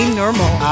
normal